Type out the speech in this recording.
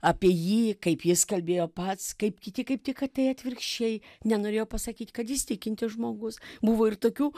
apie jį kaip jis kalbėjo pats kaip kiti kaip tik tai atvirkščiai nenorėjo pasakyti kad jis tikintis žmogus buvo ir tokių